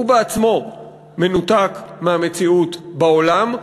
הוא בעצמו מנותק מהמציאות בעולם,